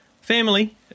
family